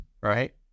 right